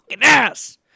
ass